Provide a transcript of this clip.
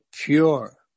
pure